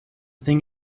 thing